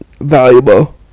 valuable